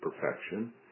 perfection